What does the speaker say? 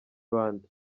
bande